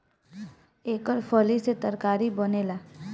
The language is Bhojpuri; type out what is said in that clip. एकर फली से तरकारी बनेला